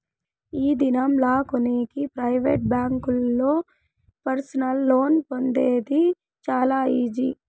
ఈ దినం లా కొనేకి ప్రైవేట్ బ్యాంకుల్లో పర్సనల్ లోన్ పొందేది చాలా ఈజీ